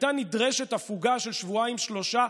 הייתה נדרשת הפוגה של שבועיים-שלושה,